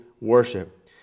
worship